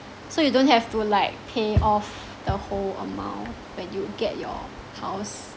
so you don't have to like pay off the whole amount when you get your house